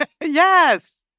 yes